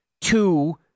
two